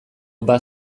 bat